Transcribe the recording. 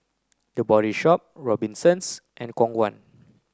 the Body Shop Robinsons and Khong Guan